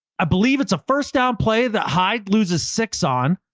i believe it's a first down play that hide loses six on.